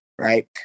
Right